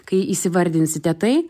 kai įvardinsite tai